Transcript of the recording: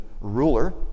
ruler